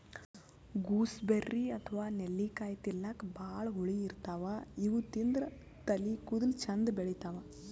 gooseberry ಅಥವಾ ನೆಲ್ಲಿಕಾಯಿ ತಿಲ್ಲಕ್ ಭಾಳ್ ಹುಳಿ ಇರ್ತವ್ ಇವ್ ತಿಂದ್ರ್ ತಲಿ ಕೂದಲ ಚಂದ್ ಬೆಳಿತಾವ್